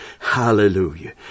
hallelujah